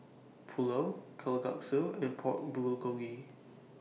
Pulao Kalguksu and Pork Bulgogi